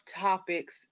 topics